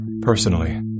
Personally